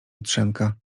jutrzenka